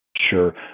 Sure